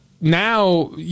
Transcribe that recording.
Now